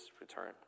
return